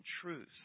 truth